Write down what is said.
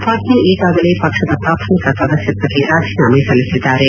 ಫಾತ್ಮಿ ಈಗಾಗಲೇ ಪಕ್ಷದ ಪ್ರಾಥಮಿಕ ಸದಸ್ಯತ್ವಕ್ಕ ರಾಜೀನಾಮೆ ಸಲ್ಲಿಸಿದ್ದಾರೆ